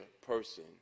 person